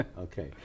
Okay